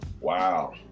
Wow